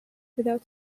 without